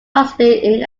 possibly